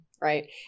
right